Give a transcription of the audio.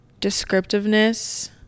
descriptiveness